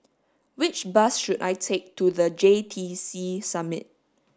which bus should I take to The J T C Summit